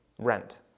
Rent